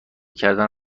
کردن